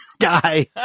guy